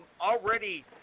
already